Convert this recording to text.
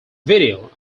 video